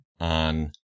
on